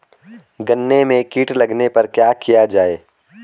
गन्ने में कीट लगने पर क्या किया जाये?